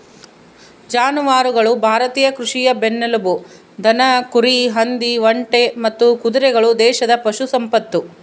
ಜಾನುವಾರುಗಳು ಭಾರತೀಯ ಕೃಷಿಯ ಬೆನ್ನೆಲುಬು ದನ ಕುರಿ ಹಂದಿ ಒಂಟೆ ಮತ್ತು ಕುದುರೆಗಳು ದೇಶದ ಪಶು ಸಂಪತ್ತು